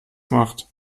macht